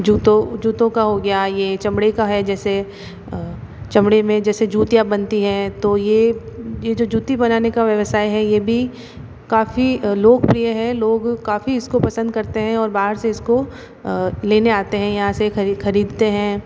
जूतों जूतों का हो गया ये चमड़े का है जैसे चमड़े में जैसे जूतियाँ बनती हैं तो ये ये जो जूते बनाने का व्यवसाय है ये भी काफ़ी लोकप्रिय है लोग काफ़ी इसको पसंद करते हैं और बाहर से इसको लेने आते है यहाँ से खरी ख़रीदते हैं